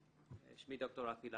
שמי ד"ר רפי לטנר,